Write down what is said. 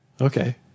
Okay